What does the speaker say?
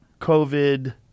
COVID